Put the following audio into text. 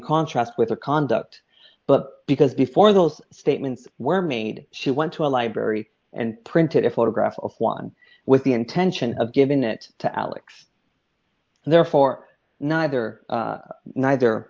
contrast with the conduct but because before those statements were made she went to a library and printed a photograph of one with the intention of giving it to alex and therefore neither neither